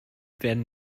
werden